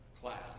class